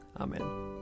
Amen